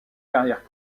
carrière